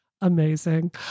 Amazing